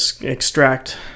extract